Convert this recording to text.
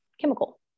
chemical